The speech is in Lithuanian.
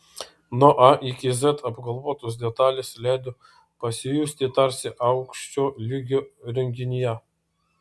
nuo a iki z apgalvotos detalės leido pasijusti tarsi aukščio lygio renginyje